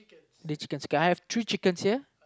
three chickens okay I have three chickens here